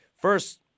first